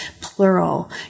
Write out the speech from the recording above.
plural